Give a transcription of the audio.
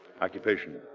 Occupation